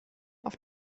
auf